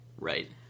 Right